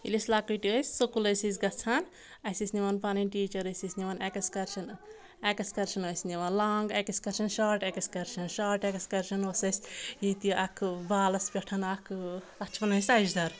ییٚلہِ أسۍ لکٕٹۍ ٲسۍ سکوٗل ٲسۍ أسۍ گژھان اَسہِ ٲسۍ نِوان پنٕنۍ ٹیٖچَر ٲسۍ اَسہِ نِوان ایٚکسکرشن ایٚکسکرشن ٲسۍ نِوان long excursion short excursion short excursion اوس اسہِ ییٚتہِ اکھ بالس پؠٹھ اکھ تتھ چھِ وَنان أسۍ سجدار